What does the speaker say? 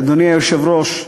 אדוני היושב-ראש,